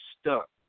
stuck